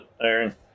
Aaron